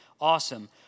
Awesome